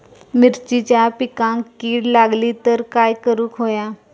मिरचीच्या पिकांक कीड लागली तर काय करुक होया?